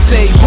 Say